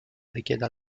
richiede